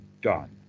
done